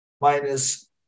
minus